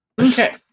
Okay